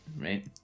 right